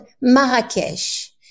Marrakech